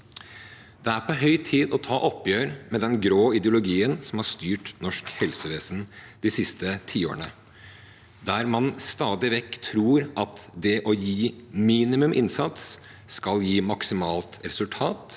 Det er på høy tid å ta et oppgjør med den grå ideologien som har styrt norsk helsevesen de siste tiårene, der man stadig vekk tror at minimal innsats skal gi maksimalt resultat,